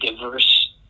diverse